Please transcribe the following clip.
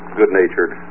good-natured